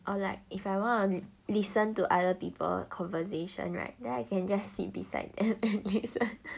or like if I want to listen to other people conversation [right] then I can just sit beside them listen